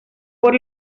por